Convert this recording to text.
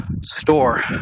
store